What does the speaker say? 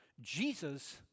Jesus